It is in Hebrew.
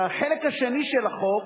החלק השני של החוק